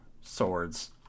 Swords